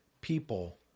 people